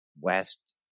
West